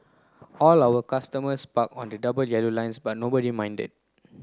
all our customers parked on the double yellow lines but nobody minded